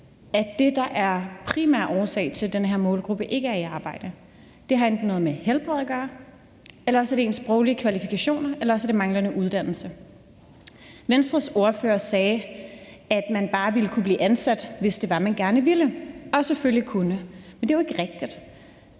at det, der er den primære årsag til, at den her målgruppe ikke er i arbejde, enten er noget med helbredet, ens sproglige kvalifikationer eller også manglende uddannelse. Venstres ordfører sagde, at man bare ville kunne blive ansat, hvis det var sådan, at man gerne ville det og selvfølgelig også kunne det. Men det er jo ikke rigtigt.